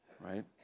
right